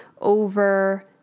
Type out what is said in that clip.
over